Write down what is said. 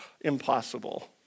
impossible